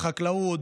בחקלאות,